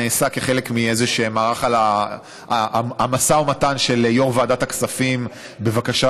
נעשה כחלק מאיזשהו מערך המשא ומתן של יו"ר ועדת הכספים בבקשה